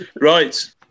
Right